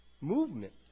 movement